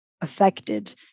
affected